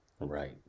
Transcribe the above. Right